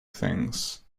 things